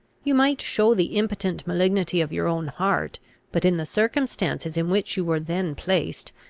you might show the impotent malignity of your own heart but, in the circumstances in which you were then placed,